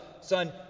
son